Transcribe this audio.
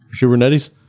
kubernetes